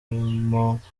muti